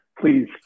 please